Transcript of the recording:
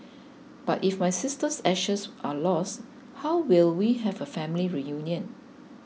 but if my sister's ashes are lost how will we have a family reunion